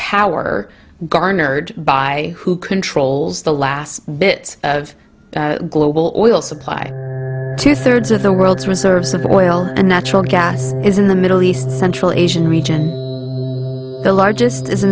power garnered by who controls the last bit of global oil supply two thirds of the world's reserves of oil and natural gas is in the middle east central asian region the largest is